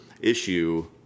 issue